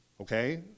Okay